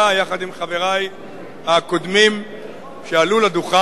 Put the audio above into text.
יחד עם חברי הקודמים שעלו לדוכן,